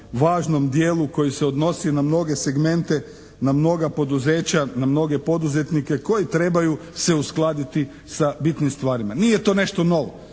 važnom dijelu koji se odnosi na mnoge segmente, na mnoga poduzeća, na mnoge poduzetnike koji trebaju se uskladiti sa bitnim stvarima. Nije to nešto novo